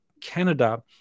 Canada